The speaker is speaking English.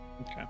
Okay